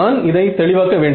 நான் இதை தெளிவாக்க வேண்டும்